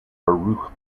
baruch